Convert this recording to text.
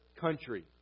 country